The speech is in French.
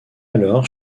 alors